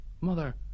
Mother